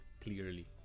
clearly